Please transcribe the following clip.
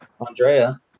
Andrea